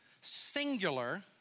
singular